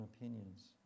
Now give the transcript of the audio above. opinions